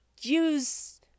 use